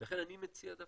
לכן אני מציע דווקא,